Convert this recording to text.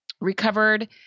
recovered